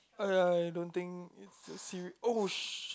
uh ya I don't think it's the se~ oh shit